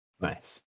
Nice